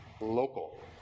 local